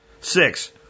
Six